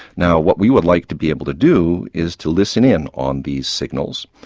now what we would like to be able to do is to listen in on these signals,